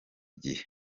gihe